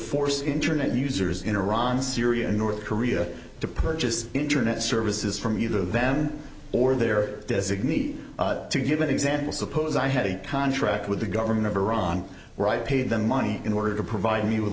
force internet users in iran syria and north korea to purchase internet services from either them or their designee to give an example suppose i have a contract with the government of iran where i pay them money in order to provide me with